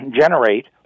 generate